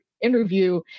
interview